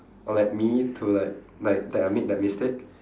on like me to like like that I made that mistake